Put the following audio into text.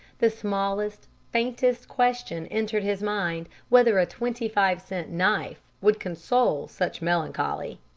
the smallest, faintest question entered his mind whether a twenty-five-cent knife would console such melancholy.